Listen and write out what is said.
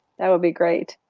that will be great.